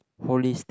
holistic